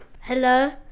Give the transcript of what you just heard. Hello